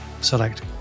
select